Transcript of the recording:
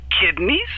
kidneys